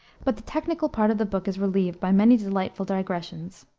but the technical part of the book is relieved by many delightful digressions.